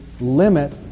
limit